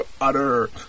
utter